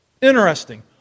Interesting